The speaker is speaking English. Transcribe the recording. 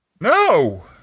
No